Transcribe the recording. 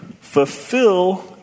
Fulfill